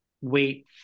wait